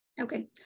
okay